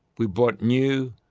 we bought new,